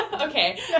Okay